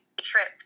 trip